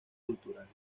culturales